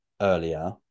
earlier